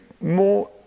more